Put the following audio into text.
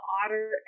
otter